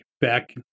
back